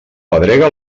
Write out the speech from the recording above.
pedrega